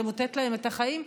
למוטט להם את החיים.